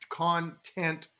content